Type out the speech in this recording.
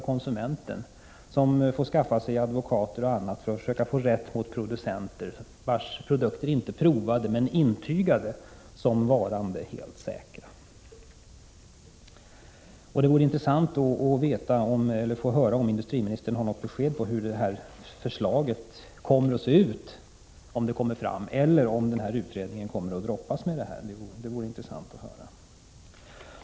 Konsumenten skulle bli tvungen att skaffa sig advokater och annan hjälp för att försöka få rätt mot producenter vars produkter inte är provade utan intygade så som varande helt säkra. Det vore intressant att få höra om industriministern har något besked om hur förslaget kommer att se ut, eller om utredningen kommer att läggas ned.